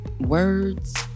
words